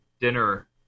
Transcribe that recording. dinner